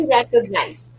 recognize